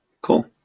Cool